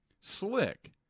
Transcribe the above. slick